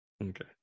okay